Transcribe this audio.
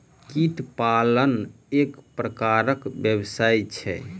कीट पालन एक प्रकारक व्यवसाय छै